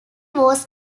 was